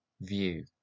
view